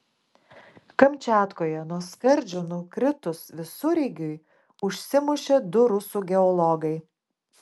kamčiatkoje nuo skardžio nukritus visureigiui užsimušė du rusų geologai